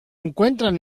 encuentran